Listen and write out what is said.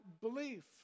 belief